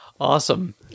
Awesome